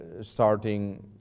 starting